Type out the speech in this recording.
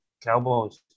Cowboys